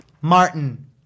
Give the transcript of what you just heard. Martin